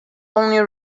only